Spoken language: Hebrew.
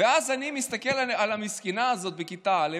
ואז אני מסתכל על המסכנה הזאת בכיתה א',